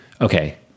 okay